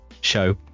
show